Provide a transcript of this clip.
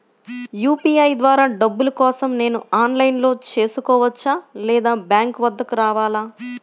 UPI ద్వారా డబ్బులు కోసం నేను ఆన్లైన్లో చేసుకోవచ్చా? లేదా బ్యాంక్ వద్దకు రావాలా?